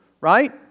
right